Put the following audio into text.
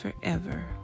forever